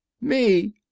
me